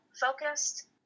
focused